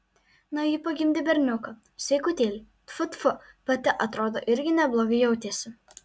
na ji pagimdė berniuką sveikutėlį tfu tfu pati atrodo irgi neblogai jautėsi